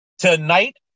Tonight